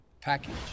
package